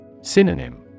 Synonym